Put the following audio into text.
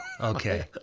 Okay